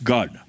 God